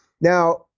Now